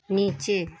नीचे